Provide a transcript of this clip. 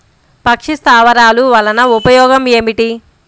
పక్షి స్థావరాలు వలన ఉపయోగం ఏమిటి?